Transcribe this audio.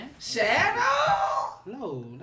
Shadow